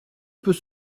peut